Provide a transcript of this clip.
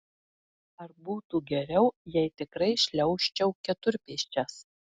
ar būtų geriau jei tikrai šliaužčiau keturpėsčias